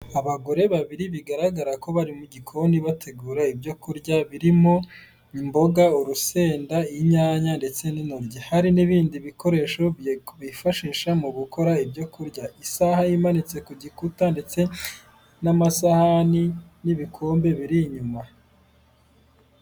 Abagore babiri bigaragara ko bari mu gikoni bategura ibyo kurya birimo imboga, urusenda, inyanya ndetse n'intoryi, hari n'ibindi bikoresho bifashisha mu gukora ibyo kurya, isaha imanitse ku gikuta ndetse n'amasahani n'ibikombe biri inyuma.